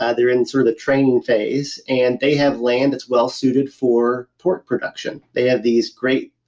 ah they're in sort of the training phase and they have land that's well suited for pork production. they have these great